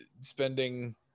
spending